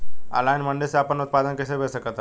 Online मंडी मे आपन उत्पादन कैसे बेच सकत बानी?